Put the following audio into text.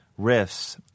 riffs